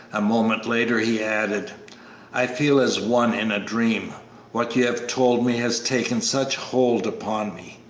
a moment later he added i feel as one in a dream what you have told me has taken such hold upon me.